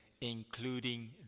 including